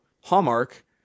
Hallmark